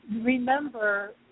remember